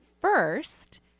first